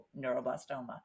neuroblastoma